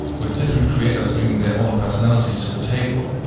with different creators bringing their own personalities to the table.